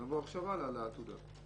נעבור עכשיו הלאה לעתודה.